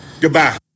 goodbye